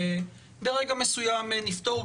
המספרים יורדים והאיפה שזה הכי קל ויותר פשוט,